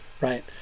right